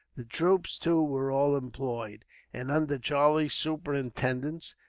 the troops, too, were all employed and under charlie's superintendence,